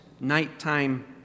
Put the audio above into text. nighttime